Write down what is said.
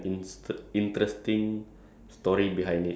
K this one this one is like interesting also ah uh this is